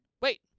wait